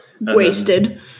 wasted